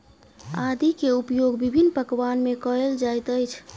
आदी के उपयोग विभिन्न पकवान में कएल जाइत अछि